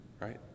right